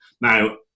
Now